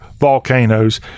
volcanoes